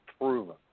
proven